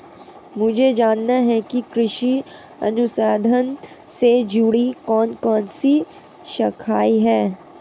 मुझे जानना है कि कृषि अनुसंधान से जुड़ी कौन कौन सी शाखाएं हैं?